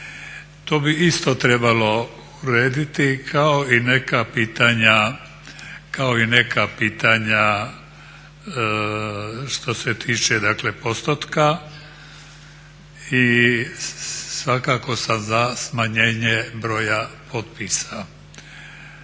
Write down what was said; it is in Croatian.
To bi isto trebalo urediti kao i neka pitanja što se tiče dakle postotka i svakako sam za smanjenje broja potpisa.